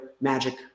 Magic